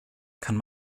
kann